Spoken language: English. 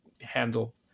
handle